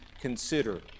consider